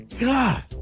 God